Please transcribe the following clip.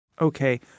Okay